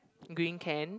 green can